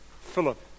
Philip